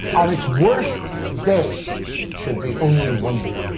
how its worst day should be only wonderful.